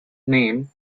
name